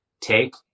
take